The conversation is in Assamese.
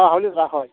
অঁ হাউলীত ৰাস হয়